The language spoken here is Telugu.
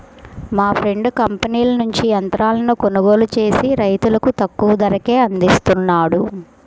మా ఫ్రెండు కంపెనీల నుంచి యంత్రాలను కొనుగోలు చేసి రైతులకు తక్కువ ధరకే అందిస్తున్నాడు